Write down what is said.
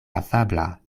afabla